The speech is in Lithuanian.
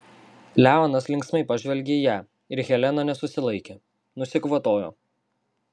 leonas linksmai pažvelgė į ją ir helena nesusilaikė nusikvatojo